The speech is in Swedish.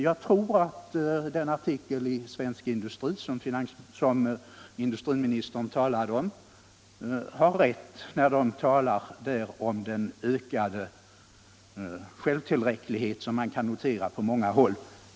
Jag tror att den artikel i Svensk Industritidning som industriministern talade om har rätt när den nämner den ökade självtillräcklighet som man kan notera på många håll.